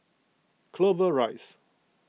Clover Rise